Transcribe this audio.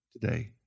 today